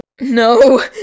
No